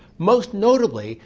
most notably,